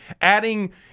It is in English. adding